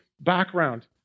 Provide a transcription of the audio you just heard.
background